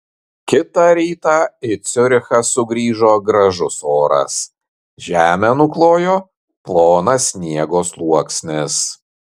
kitą rytą į ciurichą sugrįžo gražus oras žemę nuklojo plonas sniego sluoksnis